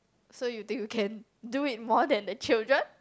so you think you can do it more than the children